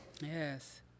Yes